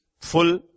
Full